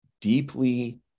deeply